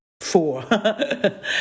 four